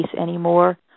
anymore